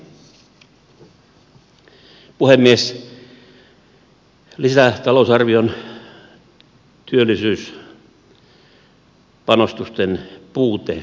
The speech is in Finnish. lisätalousarvion työllisyyspanostusten puute hämmästyttää